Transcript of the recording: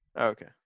Okay